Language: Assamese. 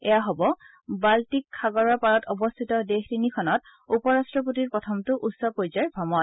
এয়া হব বাল্টিক সাগৰৰ পাৰত অৱস্থিত দেশ তিনিখনত উপৰাষ্টপতিৰ প্ৰথমটো উচ্চ পৰ্যায়ৰ ভ্ৰমণ